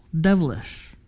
devilish